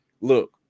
Look